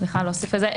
להוסיף לזה?